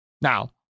Now